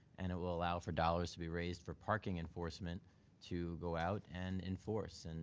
and it will allow for dollars to be raised for parking enforcement to go out and enforce. and